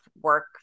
work